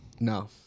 No